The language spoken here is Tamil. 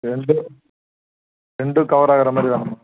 ரெண்டு ரெண்டும் கவர் ஆகிற மாதிரி வேணுமா